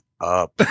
up